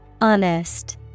Honest